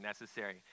necessary